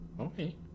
Okay